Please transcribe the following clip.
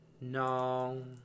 No